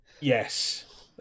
yes